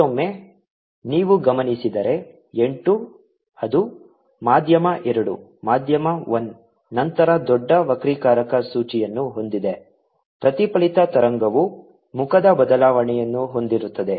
ಮತ್ತೊಮ್ಮೆ ನೀವು ಗಮನಿಸಿದರೆ n 2 ಅದು ಮಧ್ಯಮ ಎರಡು ಮಧ್ಯಮ 1 ನಂತರ ದೊಡ್ಡ ವಕ್ರೀಕಾರಕ ಸೂಚಿಯನ್ನು ಹೊಂದಿದೆ ಪ್ರತಿಫಲಿತ ತರಂಗವು ಮುಖದ ಬದಲಾವಣೆಯನ್ನು ಹೊಂದಿರುತ್ತದೆ